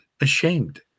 ashamed